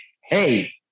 Hey